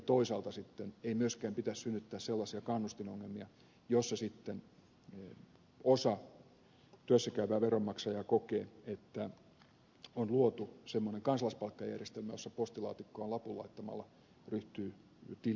toisaalta sitten ei myöskään pitäisi synnyttää sellaisia kannustinongelmia joissa osa työssä käyviä veronmaksajia kokee että on luotu semmoinen kansalaispalkkajärjestelmä jossa postilaatikkoon lapun laittamalla ryhtyy tili juoksemaan